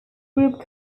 group